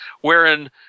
wherein